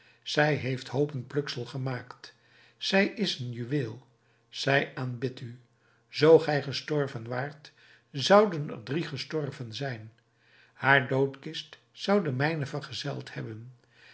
zij heeft hoopen pluksel gemaakt zij is een juweel zij aanbidt u zoo gij gestorven waart zouden er drie gestorven zijn haar doodkist zou de mijne vergezeld hebben